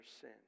sin